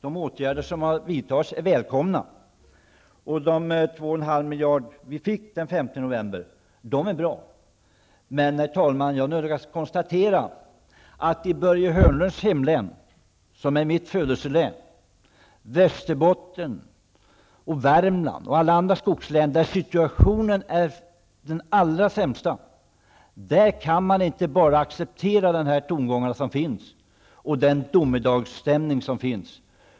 De åtgärder som har vidtagits är välkomna, och det är bra att vi fick 2,5 miljarder den 5 november. Men jag nödgas konstatera, herr talman, att i Börje Hörnlunds hemlän Västerbotten, som är mitt födelselän, i Värmland och alla andra skogslän, där situationen är den allra sämsta, kan man inte acceptera de tongångar och den domedagsstämning som finns.